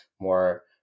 more